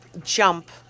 jump